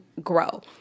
grow